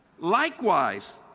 likewise,